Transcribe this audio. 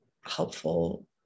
helpful